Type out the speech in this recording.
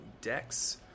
decks